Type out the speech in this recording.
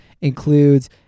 includes